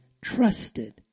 trusted